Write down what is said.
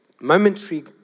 momentary